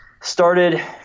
started